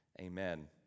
Amen